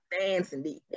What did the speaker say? dancing